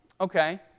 okay